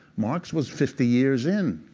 marx was fifty years in.